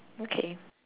okay